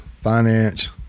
finance